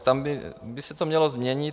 Tam by se to mělo změnit.